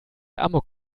amok